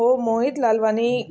हो मोहित लालवानी